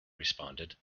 responded